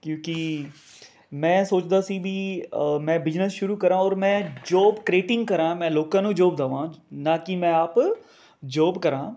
ਕਿਉਂਕਿ ਮੈਂ ਸੋਚਦਾ ਸੀ ਵੀ ਮੈਂ ਬਿਜ਼ਨਸ ਸ਼ੁਰੂ ਕਰਾਂ ਔਰ ਮੈਂ ਜੌਬ ਕਰੀਏਟਿੰਗ ਕਰਾਂ ਮੈਂ ਲੋਕਾਂ ਨੂੰ ਜੌਬ ਦੇਵਾਂ ਨਾ ਕਿ ਮੈਂ ਆਪ ਜੌਬ ਕਰਾਂ